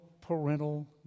parental